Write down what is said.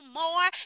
more